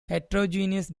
heterogeneous